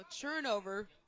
turnover